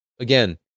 again